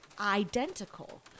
identical